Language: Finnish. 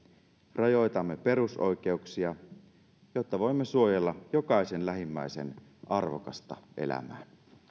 rajoitamme perusoikeuksia jotta voimme suojella jokaisen lähimmäisen arvokasta elämää